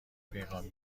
پیغام